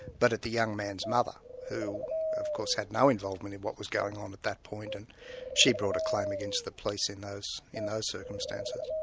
but at the young man's mother, who of course had no involvement in what was going on at that point, and she brought a claim against the police in those in those circumstances.